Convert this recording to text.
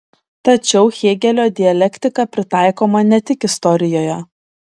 tačiau hėgelio dialektika pritaikoma ne tik istorijoje